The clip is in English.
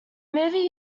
movie